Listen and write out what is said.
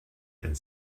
and